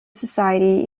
society